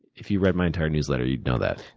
if you'd read my entire newsletter, you'd know that.